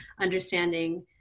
understanding